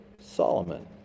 Solomon